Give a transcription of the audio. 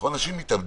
אנחנו אנשים מתאבדים,